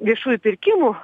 viešųjų pirkimų